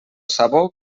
sabó